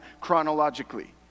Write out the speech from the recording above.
chronologically